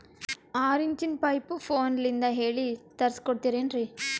ಆರಿಂಚಿನ ಪೈಪು ಫೋನಲಿಂದ ಹೇಳಿ ತರ್ಸ ಕೊಡ್ತಿರೇನ್ರಿ?